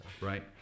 right